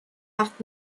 macht